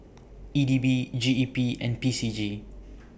E D B G E P and P C G